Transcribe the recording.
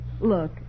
Look